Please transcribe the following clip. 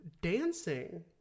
dancing